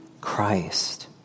Christ